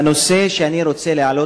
הנושא שאני רוצה להעלות,